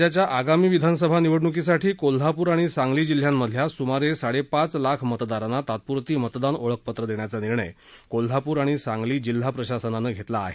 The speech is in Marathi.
राज्याच्या आगामी विधानसभा निवडणुकीसाठी कोल्हापूर आणि सांगली जिल्ह्यांमधल्या सुमारे साडे पाच लाख मतदारांना तात्पुरती मतदान ओळखपत्रं देण्याचा निर्णय कोल्हापूर आणि सांगली जिल्हा प्रशासनानं घेतला आहे